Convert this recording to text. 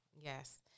Yes